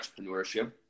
entrepreneurship